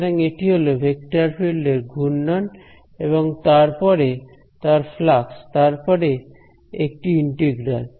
সুতরাং এটি হলো ভেক্টর ফিল্ডের ঘূর্ণন এবং তারপরে তার ফ্লাক্স এবং তারপরে একটি ইন্টিগ্রাল